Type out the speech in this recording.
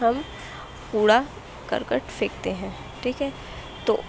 ہم کوڑا کرکٹ پھینکتے ہیں ٹھیک ہے تو